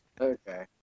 Okay